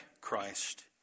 Christ